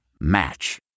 Match